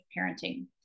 Parenting